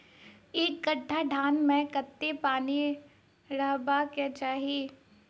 एक कट्ठा धान मे कत्ते पानि रहबाक चाहि?